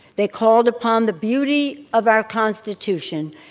they called upon the beauty of our constitution,